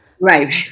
Right